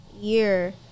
year